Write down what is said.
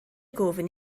gofyn